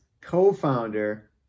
co-founder